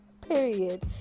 period